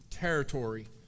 territory